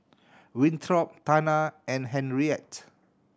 Winthrop Tana and Henriette